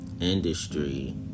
industry